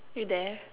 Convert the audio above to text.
you there